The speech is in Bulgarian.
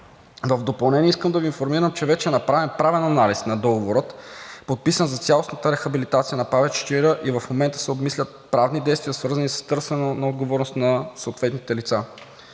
В допълнение искам да Ви информирам, че вече е направен правен анализ на договора, подписан за цялостната рехабилитация на ПАВЕЦ „Чаира“, и в момента се обмислят правни действия, свързани с търсене на отговорност на съответните лица.